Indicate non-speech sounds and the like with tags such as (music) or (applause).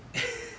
(laughs)